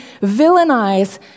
villainize